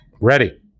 Ready